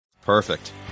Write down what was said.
Perfect